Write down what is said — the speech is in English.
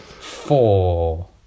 Four